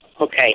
Okay